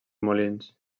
molins